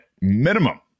minimum